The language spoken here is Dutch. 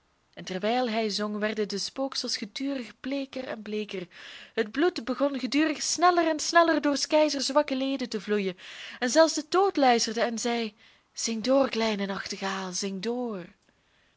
en terwijl hij zong werden de spooksels gedurig bleeker en bleeker het bloed begon gedurig sneller en sneller door s keizers zwakke leden te vloeien en zelfs de dood luisterde en zei zing door kleine nachtegaal zing door